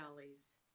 valleys